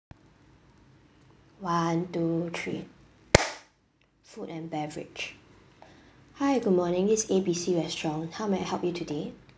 one two three food and beverage hi good morning this is A B C restaurant how may I help you today